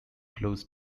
close